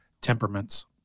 temperaments